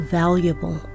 valuable